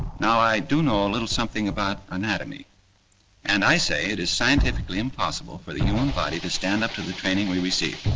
now, i do know a little something about anatomy and i say it is scientifically impossible for the human body to stand up to the training we received.